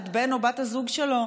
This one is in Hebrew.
את בן או בת הזוג שלו.